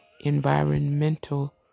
environmental